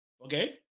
okay